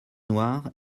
noire